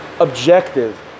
objective